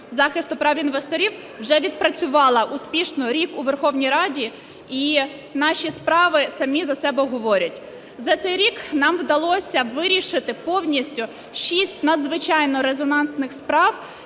захисту прав інвесторів вже відпрацювала успішно рік у Верховній Раді, і наші справи самі за себе говорять. За цей рік нам вдалося вирішити повністю шість надзвичайно резонансних справ,